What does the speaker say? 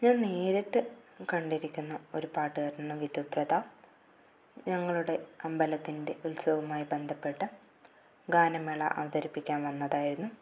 ഞാൻ നേരിട്ട് കണ്ടിരിക്കുന്ന ഒരു പാട്ടുകാരനാണ് വിധുപ്രതാപ് ഞങ്ങളുടെ അമ്പലത്തിൻ്റെ ഉത്സവുമായി ബന്ധപ്പെട്ട് ഗാനമേള അവതരിപ്പിക്കാൻ വന്നതായിരുന്നു